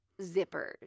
zippers